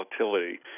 volatility